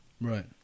Right